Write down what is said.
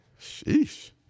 Sheesh